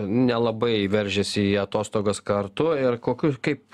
nelabai veržiasi į atostogas kartu ir kokiu kaip